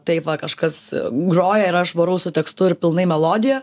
taip va kažkas groja ir aš varau su tekstu ir pilnai melodija